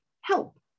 help